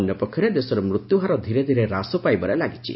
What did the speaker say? ଅନ୍ୟପକ୍ଷରେ ଦେଶରେ ମୃତ୍ୟୁହାର ଧିରେଧିରେ ହ୍ରାସ ପାଇବାରେ ଲାଗିଛି